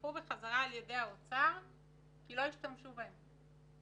נלקחו בחזרה על ידי האוצר כי לא השתמשו בהם.